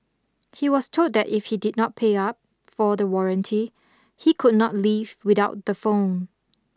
he was told that if he did not pay up for the warranty he could not leave without the phone